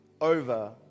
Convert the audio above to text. over